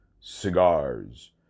cigars